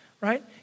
right